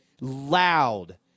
Loud